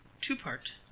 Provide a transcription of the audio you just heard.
Two-part